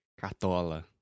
Catola